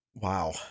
Wow